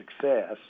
success